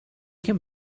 can